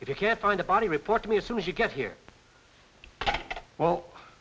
you can't find a body report me as soon as you get here well